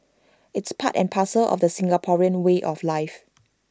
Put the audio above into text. it's part and parcel of the Singaporean way of life